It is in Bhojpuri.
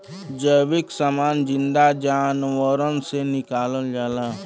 जैविक समान जिन्दा जानवरन से निकालल जाला